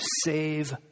save